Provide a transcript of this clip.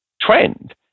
trend